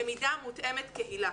למידה מותאמת קהילה.